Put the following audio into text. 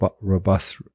robust